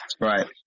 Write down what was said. Right